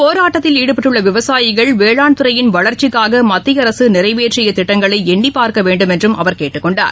போராட்டத்தில் ஈடுபட்டுள்ள விவசாயிகள் வேளாண் துறையின் வளர்ச்சிக்காக மத்திய அரசு நிறைவேற்றிய திட்டங்களை எண்ணிப் பார்க்க வேண்டும் என்றும் அவர் கேட்டுக் கொண்டார்